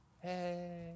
Hey